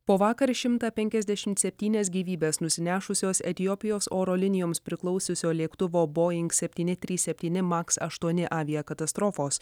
po vakar šimtą penkiasdešimt septynias gyvybes nusinešusios etiopijos oro linijoms priklausiusio lėktuvo boing septyni trys septyni maks aštuoni aviakatastrofos